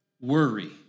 worry